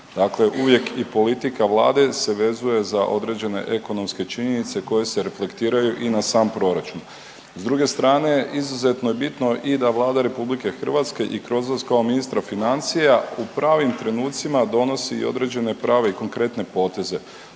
uvijek i politika Vlade se vezuje za određene ekonomske činjenice koje se reflektiraju i na sam proračun. S druge strane izuzetno je bitno i da Vlada Republike Hrvatske i kroz vas kao ministra financija u pravim trenucima donosi i određene prave i konkretne poteze.